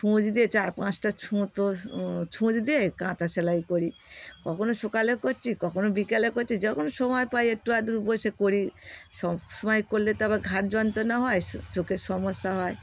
সূচ দিয়ে চার পাঁচটা সুতো সুচ দিয়ে কাঁথা সেলাই করি কখনো সকালে করছি কখনো বিকালে করছি যখনই সময় পাই একটু বসে করি সব সময় করলে তো আবার ঘাড় যন্ত্রণা হয় চোখের সমস্যা হয়